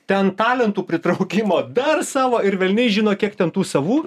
ten talentų pritraukimo dar savo ir velniai žino kiek ten tų savų